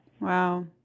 wow